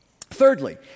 Thirdly